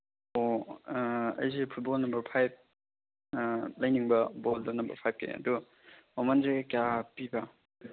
ꯑꯣ ꯑꯩꯁꯦ football number five ꯂꯩꯅꯤꯡꯕ ꯕꯣꯜꯗ ꯅꯝꯕꯔ ꯐꯥꯏꯚꯀꯤ ꯑꯗꯨ ꯃꯃꯟꯁꯦ ꯀꯌꯥ ꯄꯤꯕ